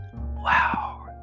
wow